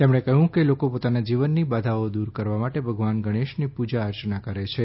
તેમણે કહયું કે લોકો પોતાના જીવનની બાધાઓ દુર કરવા માટે ભગવાન ગણેશની પુર્જા અર્ચના કરે છે